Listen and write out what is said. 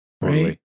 Right